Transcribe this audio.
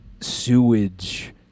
sewage